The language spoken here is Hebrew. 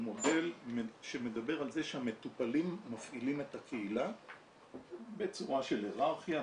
הוא מודל שמדבר על זה שהמטופלים מפעילים את הקהילה בצורה של היררכיה,